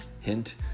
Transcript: hint